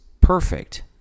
perfect